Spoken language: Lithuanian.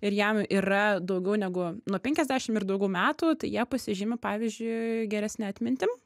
ir jam yra daugiau negu nuo penkiasdešim ir daugiau metų tai jie pasižymi pavyzdžiui geresne atmintim